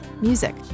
music